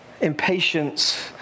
impatience